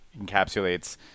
encapsulates